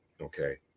okay